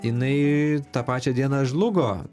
jinai tą pačią dieną žlugo